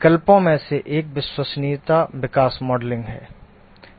विकल्पों में से एक विश्वसनीयता विकास मॉडलिंग है